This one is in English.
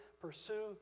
pursue